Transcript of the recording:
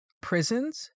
Prisons